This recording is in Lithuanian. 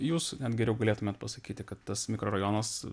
jūs net geriau galėtumėt pasakyti kad tas mikrorajonas